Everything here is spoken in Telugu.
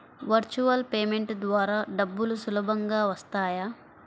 వర్చువల్ పేమెంట్ ద్వారా డబ్బులు సులభంగా వస్తాయా?